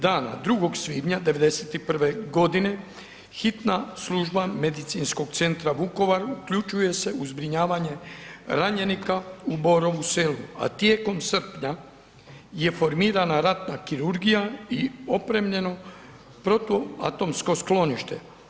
Dana 2. svibnja 91. godine Hitna služba Medicinskog centra Vukovar uključuje se u zbrinjavanje ranjenika u Borovu selu, a tijekom srpnja je formirana ratna kirurgija i opremljeno protuatomsko sklonište.